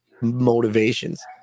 motivations